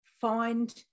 Find